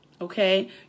Okay